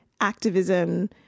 activism